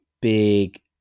big